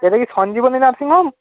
এটা কি Sanjivani nursing home